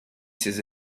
ses